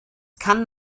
kann